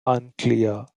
unclear